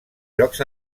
jocs